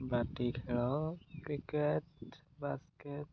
ବାଟି ଖେଳ cricket basket